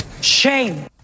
shame